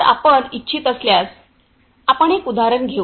तर आपण इच्छित असल्यास आपण एक उदाहरण घेऊ